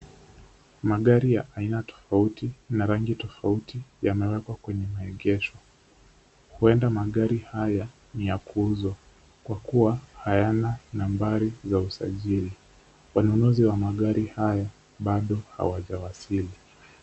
Magari ya aina tofauti na rangi tofauti yamewekwa kwenye maegesho, uenda magari haya ni ya kuuzwa kwa kuwa hayana nambari za usajili , wanunuzi wa magari haya bado hawajawasili.